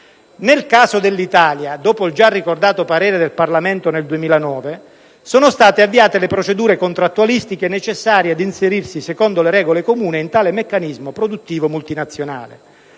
Nel caso dell'Italia, dopo il già ricordato parere del Parlamento del 2009, sono state avviate le procedure contrattualistiche necessarie ad inserirsi, secondo le regole comuni, in tale meccanismo produttivo multinazionale.